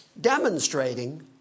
demonstrating